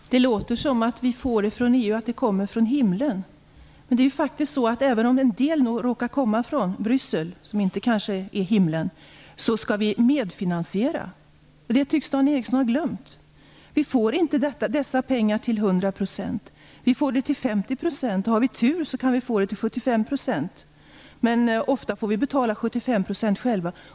Herr talman! Det låter som om allt vi får från EU kommer från himlen. Även om en del råkar komma från Bryssel - som kanske inte är himlen - skall vi medfinansiera. Det tycks Dan Ericsson ha glömt. Vi får inte dessa pengar till 100 %. Vi får 50 % och om vi har tur 75 %. Men ofta får vi betala 75 % själva.